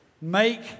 Make